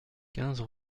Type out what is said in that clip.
quinze